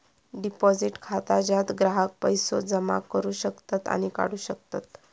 deposit खाता ज्यात ग्राहक पैसो जमा करू शकतत आणि काढू शकतत